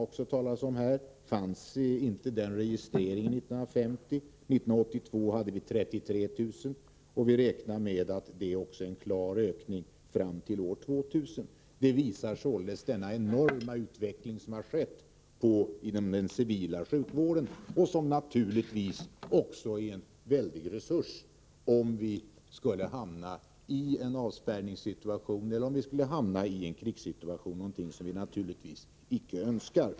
1950 fanns inte samma slags registrering av dem. 1982 hade vi 33 000, och vi räknar med en klar ökning även av dem fram till år 2000. Statistiken visar således den enorma utveckling som har skett inom den civila sjukvården, och som naturligtvis är en väldig resurs om vi skulle hamna ien avspärrningssituation eller om vi skulle hamna i en krigssituation — vilket vi naturligtvis icke önskar.